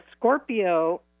Scorpio